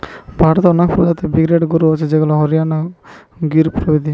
ভারতে অনেক প্রজাতির ব্রিডের গরু হচ্ছে যেমন হরিয়ানা গরু, গির গরু ইত্যাদি